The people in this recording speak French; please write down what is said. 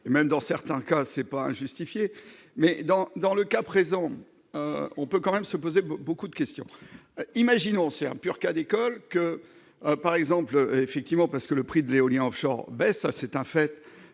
et même dans certains cas c'est pas injustifiée mais dans dans le cas présent, on peut quand même se poser beaucoup de questions, imaginons, c'est un pur Cas d'école que par exemple effectivement parce que le prix de l'éolien Offshore beh ça c'est un fait,